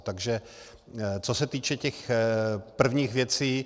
Takže co se týče těch prvních věcí.